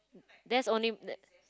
that's only